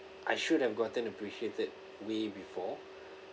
I should have gotten appreciated way before